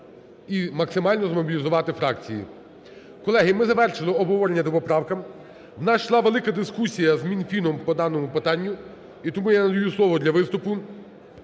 і максимально змобілізувати фракції. Колеги, ми завершили обговорення по поправкам. У нас йшла велика дискусія з Мінфіном по даному питанню. І тому я надаю слово для виступу